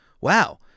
Wow